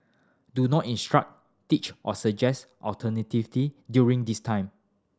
do not instruct teach or suggest alternative during this time